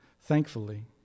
thankfully